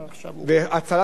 שזה שירותי הכבאות.